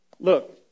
Look